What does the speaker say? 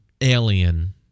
alien